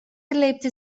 erlebte